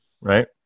right